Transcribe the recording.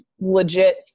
legit